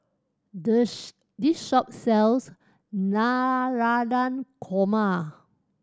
the this shop sells Korma